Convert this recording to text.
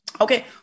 okay